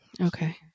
Okay